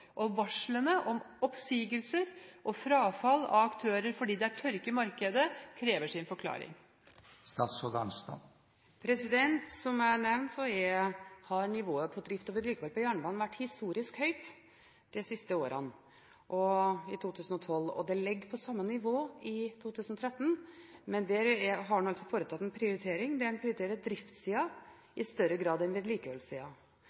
Varslene om oppsigelser og frafall av aktører fordi det er tørke i markedet, krever sin forklaring. Som jeg har nevnt, har nivået på drift og vedlikehold på jernbanen vært historisk høyt de siste årene – på samme nivå i 2013 som i 2012, men i 2013 har man altså foretatt en prioritering der man prioriterer